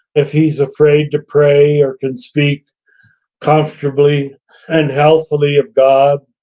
if he's afraid to pray or can speak comfortably and helpfully of god.